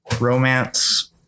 romance